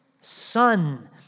Son